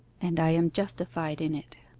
and i am justified in it.